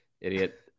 idiot